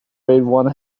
one